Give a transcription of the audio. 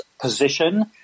position